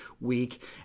week